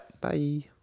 Bye